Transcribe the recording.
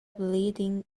bleeding